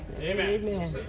Amen